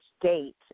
date